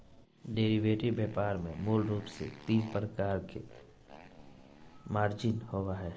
derivative व्यापार में मूल रूप से तीन प्रकार के मार्जिन होबो हइ